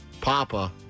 Papa